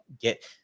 get